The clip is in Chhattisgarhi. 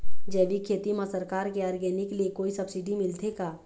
जैविक खेती म सरकार के ऑर्गेनिक ले कोई सब्सिडी मिलथे का?